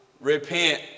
Repent